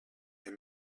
est